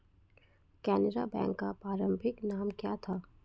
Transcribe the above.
Canara bank का प्रारंभिक नाम क्या था?